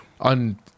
On